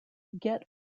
get